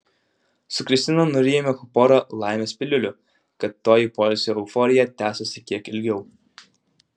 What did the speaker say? su kristina nurijome po porą laimės piliulių kad toji poilsio euforija tęstųsi kiek ilgiau